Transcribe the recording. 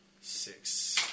Six